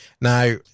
Now